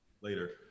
later